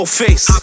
face